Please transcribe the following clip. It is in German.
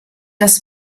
das